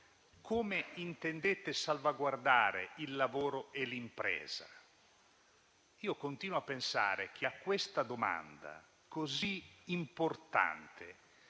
come intendete salvaguardare il lavoro e l'impresa? Continuo a pensare che su questa domanda così importante